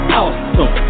awesome